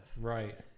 right